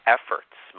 Efforts